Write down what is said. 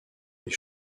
les